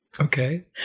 Okay